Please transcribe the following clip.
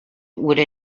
would